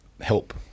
help